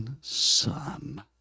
son